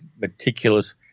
meticulous